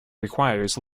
requires